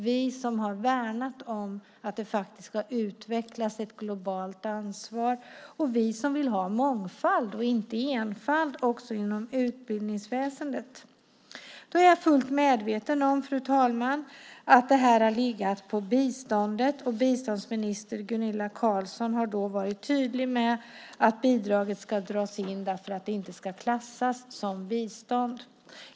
Vi har ju värnat om att det ska utvecklas ett globalt ansvar, och vi vill ha mångfald och inte enfald också inom utbildningsväsendet. Fru talman! Jag är fullt medveten om att det här har legat på biståndet, och biståndsminister Gunilla Carlsson har varit tydlig med att bidraget ska dras in eftersom det inte ska klassas som bistånd.